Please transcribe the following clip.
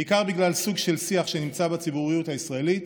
בעיקר בגלל סוג של שיח שנמצא בציבוריות הישראלית